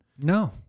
No